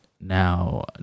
now